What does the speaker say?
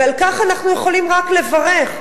ועל כך אנחנו יכולים רק לברך.